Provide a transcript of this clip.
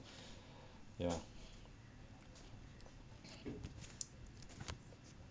ya